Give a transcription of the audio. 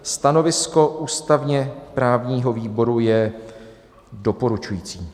Stanovisko ústavněprávního výboru je doporučující.